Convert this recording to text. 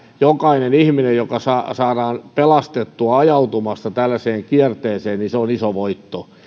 jokainen ihminen joka saadaan pelastettua ajautumasta tällaiseen kierteeseen on iso voitto